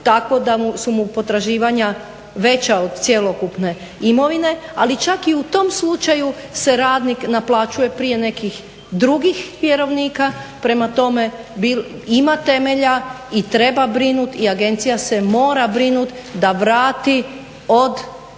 takvo da su mu potraživanja veća od cjelokupne imovine, ali čak i u tom slučaju se radnik naplaćuje prije nekih drugih vjerovnika. Prema tome, ima temelja i treba brinut i agencija se mora brinut da vrati od